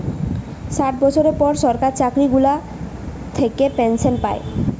ষাট বছরের পর সরকার চাকরি গুলা থাকে পেনসন পায়